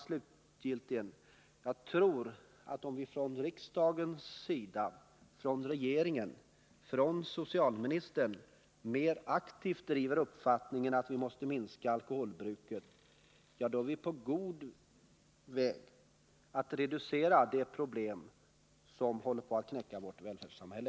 Slutligen tror jag att om riksdagen, regeringen och socialministern mer aktivt driver uppfattningen att vi måste minska alkoholbruket är vi på god väg att reducera de problem som håller på att knäcka vårt välfärdssamhälle.